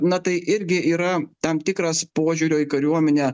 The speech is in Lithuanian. na tai irgi yra tam tikras požiūrio į kariuomenę